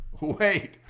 Wait